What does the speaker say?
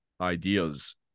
ideas